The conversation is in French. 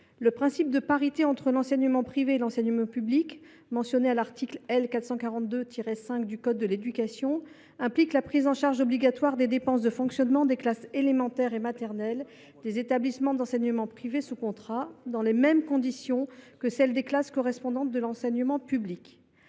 Le principe de parité entre l’enseignement privé et l’enseignement public mentionné à l’article L. 442 5 du code de l’éducation implique la prise en charge obligatoire des dépenses de fonctionnement des classes élémentaires et maternelles des établissements d’enseignement privé sous contrat « dans les mêmes conditions que celles des classes correspondantes de l’enseignement public